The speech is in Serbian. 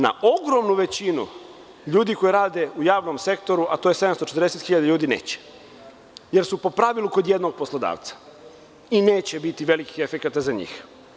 Na ogromnu većinu ljudi koji rade u javnom sektoru, a to je 740.000 ljudi, neće, jer su po pravilu kod jednog poslodavca i neće biti velikih efekata za njih.